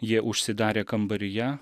jie užsidarė kambaryje